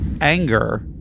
anger